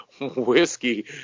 whiskey